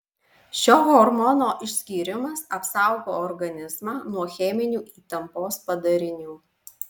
šio hormono išskyrimas apsaugo organizmą nuo cheminių įtampos padarinių